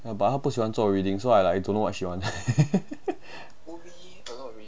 oh but 她不喜欢做 reading so I don't know what she want